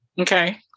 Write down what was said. Okay